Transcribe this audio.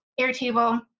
Airtable